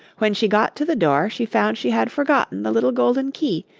when she got to the door, she found she had forgotten the little golden key,